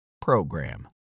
program